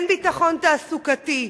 אין ביטחון תעסוקתי.